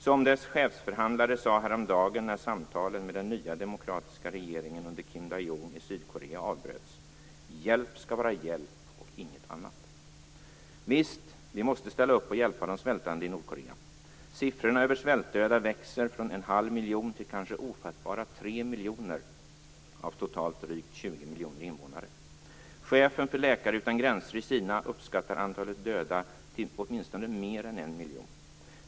Som dess chefsförhandlare sade häromdagen, när samtalen med den nya demokratiska regeringen under Kim Dae Jung i Sydkorea avbröts: Hjälp skall vara hjälp och ingenting annat. Visst måste vi ställa upp och hjälpa de svältande i Nordkorea. Siffrorna över svältdöda växer från en halv miljon till kanske ofattbara 3 miljoner av totalt drygt 20 miljoner invånare. Chefen i Kina för Läkare utan gränser uppskattar antalet döda till åtminstone mer än en miljon.